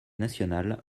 nationale